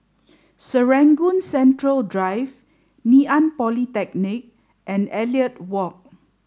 Serangoon Central Drive Ngee Ann Polytechnic and Elliot Walk